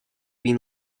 been